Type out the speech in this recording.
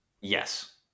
Yes